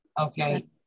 okay